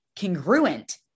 congruent